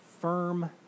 firm